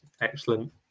excellent